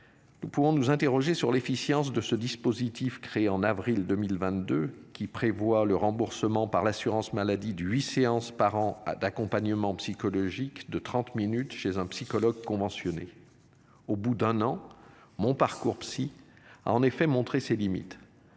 Nous pouvons nous interroger sur l'efficience de ce dispositif créé en avril 2022, qui prévoit le remboursement par l'assurance maladie du 8 séances par an. Ah d'accompagnement psychologique de 30 minutes chez un psychologue conventionnés. Au bout d'un an. Mon parcours psy a en effet montré ses limites.